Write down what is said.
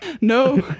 No